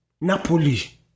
Napoli